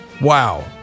Wow